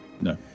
No